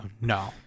no